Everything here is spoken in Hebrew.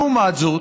לעומת זאת,